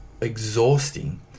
exhausting